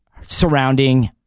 surrounding